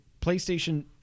PlayStation